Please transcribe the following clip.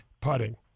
putting